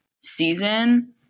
season